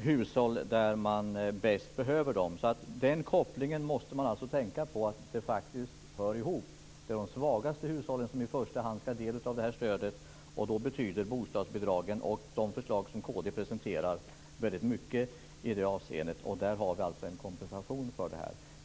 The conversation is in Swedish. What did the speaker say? hushåll där man bäst behöver dem. Den kopplingen måste man alltså tänka på. Det hör faktiskt ihop. Det är de svagaste hushållen som i första hand skall ha del av stödet. Och då betyder bostadsbidragen och de förslag som kd presenterar väldigt mycket i det avseendet. Där har vi alltså en kompensation för det här.